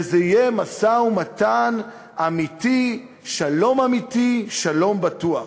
וזה יהיה משא-ומתן אמיתי, שלום אמיתי, שלום בטוח.